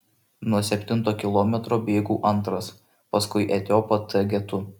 nuo septinto kilometro bėgau antras paskui etiopą t getu